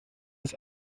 das